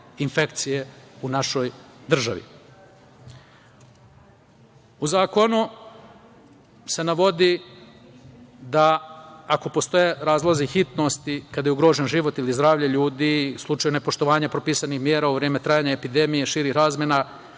infekcije u našoj državi.U zakonu se navodi da, ako postoje razlozi hitnosti kada je ugrožen život ili zdravlje ljudi u slučaju nepoštovanja propisanih mera u vreme trajanja epidemije širih razmera,